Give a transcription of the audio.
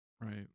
Right